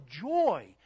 joy